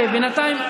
בינתיים,